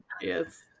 Yes